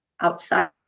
outside